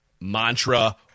mantra